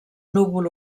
núvol